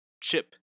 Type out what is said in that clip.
Chip